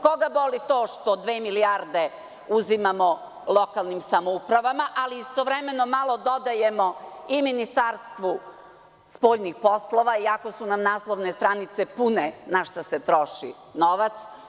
Koga boli to što dve milijarde uzimamo lokalnim samoupravama, ali istovremeno malo dodajemo i Ministarstvu spoljnih poslova, iako su nam naslovne stranice pune na šta se troši novac?